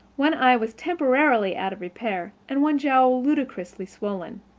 one eye was temporarily out of repair, and one jowl ludicrously swollen.